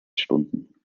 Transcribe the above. stunden